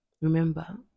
Remember